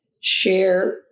share